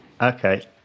Okay